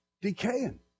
decaying